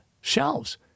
shelves